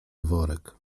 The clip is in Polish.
worek